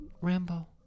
Rambo